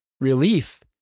relief